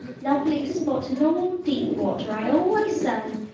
loveliest spot in all deepwater, i always say.